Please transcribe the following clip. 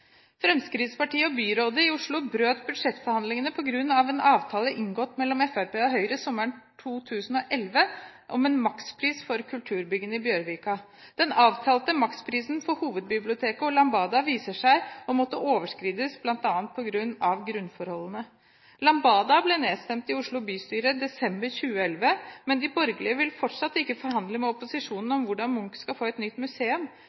Fremskrittspartiet og byrådet i Oslo brøt budsjettforhandlingene på grunn av en avtale inngått mellom Fremskrittspartiet og Høyre sommeren 2011 om en makspris for kulturbyggene i Bjørvika. Det viser seg at den avtalte maksprisen for Hovedbiblioteket og «Lambada» måtte overskrides bl.a. på grunn av grunnforholdene. «Lambada» ble nedstemt i Oslo bystyre i desember 2011, men de borgerlige vil fortsatt ikke forhandle med opposisjonen om hvordan Munch skal få et nytt museum.